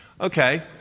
Okay